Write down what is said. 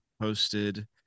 posted